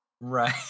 Right